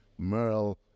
Merle